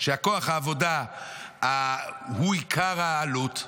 שבהן כוח העבודה הוא עיקר העלות,